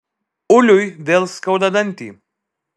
uliui vėl skauda dantį